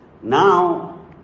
Now